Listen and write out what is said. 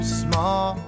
small